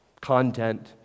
content